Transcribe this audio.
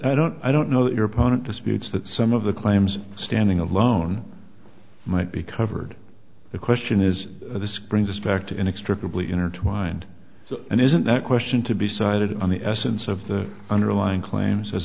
i don't i don't know if your opponent disputes that some of the claims standing alone might be covered the question is this brings us back to inextricably intertwined and isn't that question to be sided on the essence of the underlying claims as